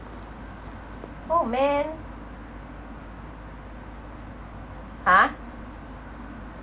oh man ha